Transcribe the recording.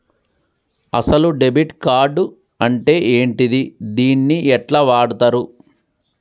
అసలు debit card అంటే ఏంటిది? దీన్ని ఎట్ల వాడుతరు?